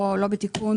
לא בתיקון,